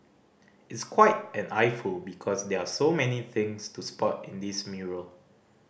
it's quite an eyeful because there are so many things to spot in this mural